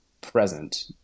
present